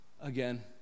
again